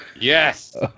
Yes